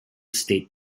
state